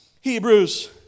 Hebrews